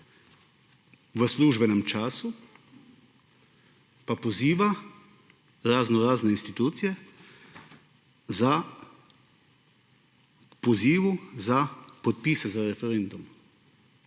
v službenem času pa poziva raznorazne institucije k pozivu za podpis za referendum,